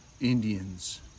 Indians